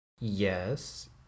Yes